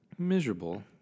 Miserable